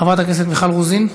חברת הכנסת מיכל רוזין,